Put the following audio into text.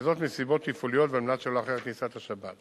וזאת מסיבות תפעוליות ועל מנת שלא לאחר לכניסת השבת.